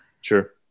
Sure